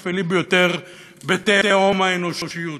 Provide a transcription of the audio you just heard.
השפלים ביותר בתהום האנושיות?